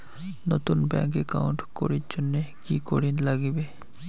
নতুন bank account করির জন্যে কি করিব নাগিবে?